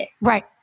Right